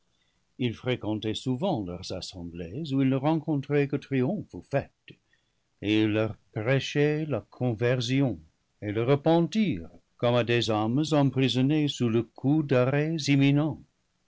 il fréquentait souvent leurs assemblées où il ne rencontrait que triomphes ou fêtes et il leur prêchait la conversion et le repentir comme à des âmes emprisonnées sous le coup d'arrêts